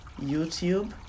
YouTube